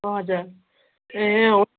हजुर ए हुन्